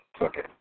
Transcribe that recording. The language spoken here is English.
okay